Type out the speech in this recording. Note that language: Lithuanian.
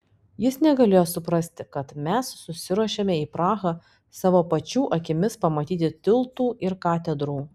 jis negalėjo suprasti kad mes susiruošėme į prahą savo pačių akimis pamatyti tiltų ir katedrų